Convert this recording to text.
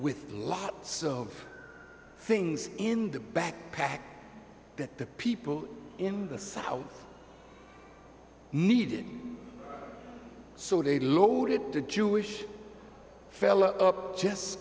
with lots of things in the back pack that the people in the south needed so they loaded the jewish fellow just